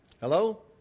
Hello